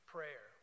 Prayer